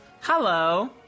Hello